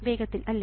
വേഗത്തിൽ അല്ലേ